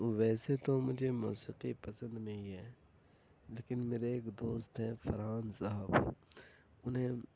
ویسے تو مجھے موسیقی پسند نہیں ہے لیکن میرا ایک دوست ہے فرحان صاحب انہیں